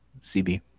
CB